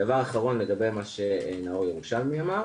דבר אחרון לגבי מה שירושלמי נאור אמר,